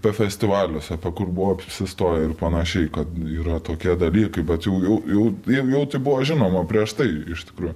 apie festivaliuos kur buvo apsistoję ir panašiai kad yra tokie dalykai bet jau jau jau jiem jau tai buvo žinoma prieš tai iš tikrųjų